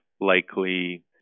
likely